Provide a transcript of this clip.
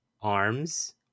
Arms